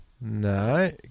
No